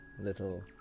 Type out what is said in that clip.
little